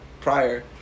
prior